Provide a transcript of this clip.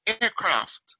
aircraft